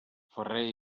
ferrer